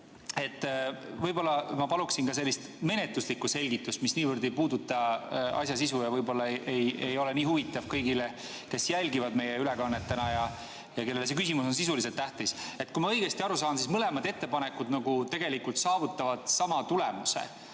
et ma paluksin sellist menetluslikku selgitust, mis niivõrd ei puuduta asja sisu ja võib-olla ei ole huvitav kõigile, kes jälgivad meie ülekannet ja kellele see teema on sisuliselt tähtis. Kui ma õigesti aru saan, siis mõlemad ettepanekud tegelikult saavutavad sama tulemuse.